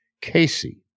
Casey